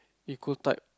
equal type